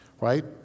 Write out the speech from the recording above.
right